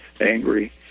angry